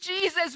Jesus